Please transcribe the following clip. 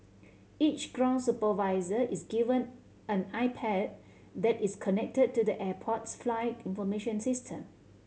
each ground supervisor is given an iPad that is connected to the airport's flight information system